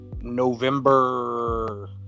November